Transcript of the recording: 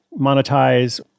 monetize